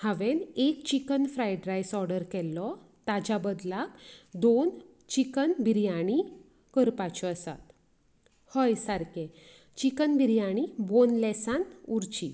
हांवेन एक chicken fried rice order केल्लो ताच्या बदलाक दोन चिकन बिर्याणी ऑर्डर करपाच्यो आसात हय सारकें चिकन बिर्याणी बोनलेसांत उरची